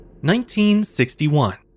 1961